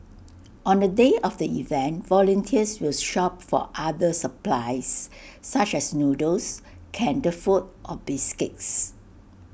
on the day of the event volunteers will shop for other supplies such as noodles canned food or biscuits